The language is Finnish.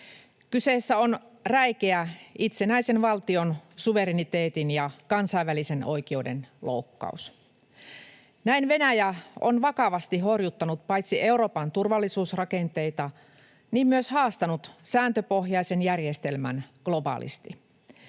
Kyseessä on räikeä itsenäisen valtion suvereniteetin ja kansainvälisen oikeuden loukkaus. Näin Venäjä on paitsi vakavasti horjuttanut Euroopan turvallisuusrakenteita, myös haastanut sääntöpohjaisen järjestelmän globaalisti.